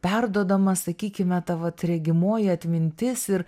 perduodama sakykime ta vat regimoji atmintis ir